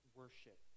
worship